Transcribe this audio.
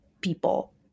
people